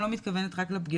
אני לא מתכוונת רק לפגיעות.